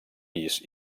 pis